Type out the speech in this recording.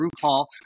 RuPaul